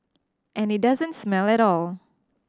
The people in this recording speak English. and it doesn't smell at all